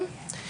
שייתנו להם גם.